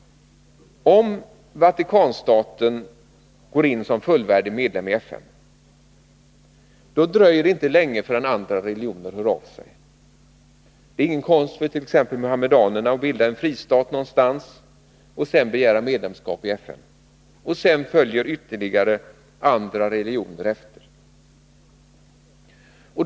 Och om Vatikanstaten går in som fullvärdig medlem i FN, då dröjer det inte länge förrän representanter för andra religioner hör av sig. Det är ingen konst för t.ex. muhammedanerna att bilda en fristat någonstans och sedan begära medlemskap i FN, och sedan följer andra religioner efter.